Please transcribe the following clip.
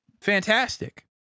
Fantastic